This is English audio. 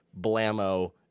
blammo